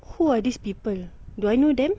who are these people do I know them